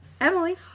emily